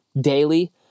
daily